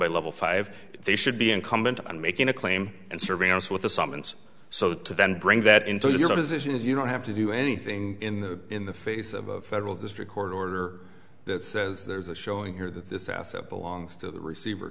by level five they should be incumbent on making a claim and serving us with a summons so to then bring that into your position if you don't have to do anything in the in the face of a federal district court order that says there's a showing here that this asset belongs to the receiver